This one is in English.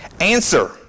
Answer